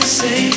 say